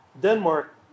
Denmark